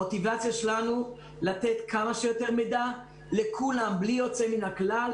המוטיבציה שלנו לתת כמה שיותר מידע לכולם בלי יוצא מן הכלל,